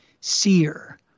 seer